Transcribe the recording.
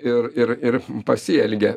ir ir ir pasielgia